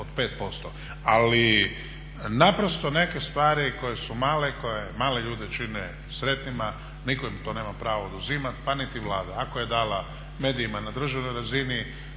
od 5%. Ali neke stvari koje su male koje male ljude čine sretnima nitko im to nema pravo oduzimati pa niti Vlada. Ako je dala medijima na državnoj razini